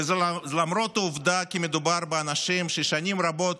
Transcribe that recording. וזה למרות העובדה כי מדובר באנשים ששנים רבות